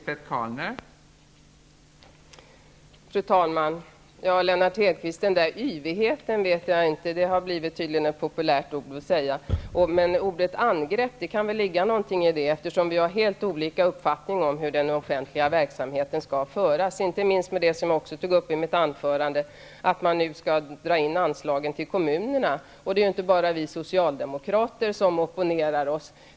Fru talman! Ja, Lennart Hedquist, yvighet har tydligen blivit ett populärt ord att säga. Men i ordet angrepp kan det väl ligga något, eftersom vi har helt olika uppfattning om hur den offentliga verksamheten skall bedrivas, inte minst med tanke på det som jag också tog upp i mitt anförande, nämligen att man nu skall dra in anslagen till kommunerna. Det är inte bara vi socialdemokrater som opponerar oss.